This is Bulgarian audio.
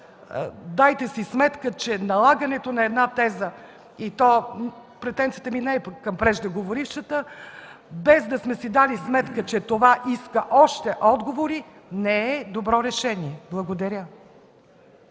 дайте си сметка, че налагането на една теза, и то претенцията ми не е към преждеговорившата – без да сме си дали сметка, че това иска още отговори, не е добро решение. Благодаря.